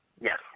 Yes